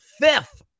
fifth